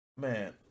man